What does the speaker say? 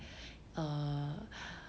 eh err